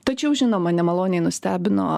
tačiau žinoma nemaloniai nustebino